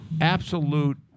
Absolute